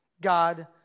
God